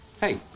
Hey